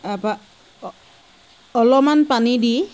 তাপা অলপমান পানী দি